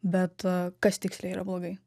bet kas tiksliai yra blogai